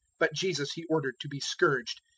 but jesus he ordered to be scourged,